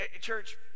Church